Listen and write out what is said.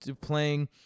playing